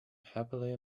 happily